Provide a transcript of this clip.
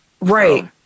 Right